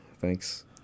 Thanks